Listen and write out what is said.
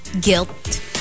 Guilt